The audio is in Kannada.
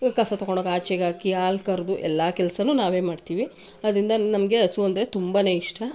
ಕಸ ತಕ್ಕೊಂಡೋಗಿ ಆಚೆಗೆ ಹಾಕಿ ಹಾಲು ಕರೆದು ಎಲ್ಲ ಕೆಲ್ಸನೂ ನಾವೇ ಮಾಡ್ತೀವಿ ಅದರಿಂದ ನಮಗೆ ಹಸು ಅಂದರೆ ತುಂಬಾ ಇಷ್ಟ